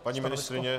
Paní ministryně?